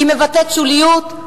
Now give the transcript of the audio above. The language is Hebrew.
היא מבטאת שוליוּת,